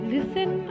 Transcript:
Listen